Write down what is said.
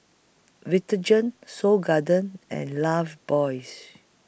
Vitagen Seoul Garden and Lifebuoys